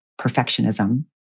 perfectionism